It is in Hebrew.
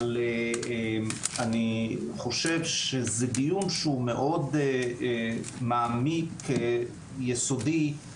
אני חושב שזה דיון שהוא מאוד מעמיק ויסודי.